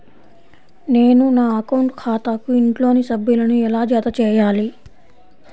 నేను నా అకౌంట్ ఖాతాకు ఇంట్లోని సభ్యులను ఎలా జతచేయాలి?